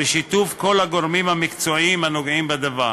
בשיתוף כל הגורמים המקצועיים הנוגעים בדבר.